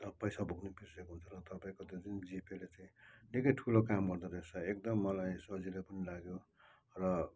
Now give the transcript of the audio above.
पैसा बोक्नु बिर्सेको हुन्छ र तपाईँको त्यो जुन जिपेले चाहिँ निकै ठुलो काम गर्दो रहेछ एकदम मलाई सजिलो पनि लाग्यो र